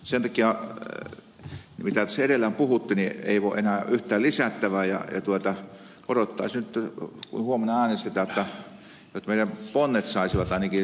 sen takia mitä tuossa edellä puhuttiin ei ole enää yhtään lisättävää ja odottaisin nyt kun huomenna äänestetään jotta meidän ponnet saisivat ainakin riittävästi tukea